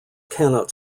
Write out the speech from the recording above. cannot